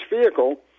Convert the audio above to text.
vehicle